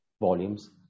volumes